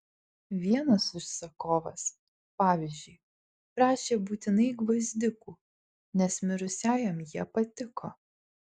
vienas užsakovas pavyzdžiui prašė būtinai gvazdikų nes mirusiajam jie patiko